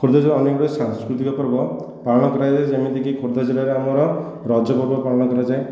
ଖୋର୍ଦ୍ଧା ଜିଲ୍ଲାରେ ଅନେକ ଗୁଡ଼ିଏ ସାଂସ୍କୃତିକ ପର୍ବ ପାଳନ କରାଯାଏ ଯେମିତିକି ଖୋର୍ଦ୍ଧା ଜିଲ୍ଲାରେ ଆମର ରଜ ପର୍ବ ପାଳନ କରାଯାଏ